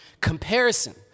Comparison